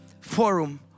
forum